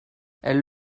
elle